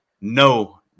No